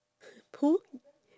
pull